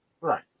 Right